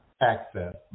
access